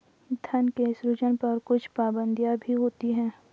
धन के सृजन पर कुछ पाबंदियाँ भी होती हैं